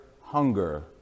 hunger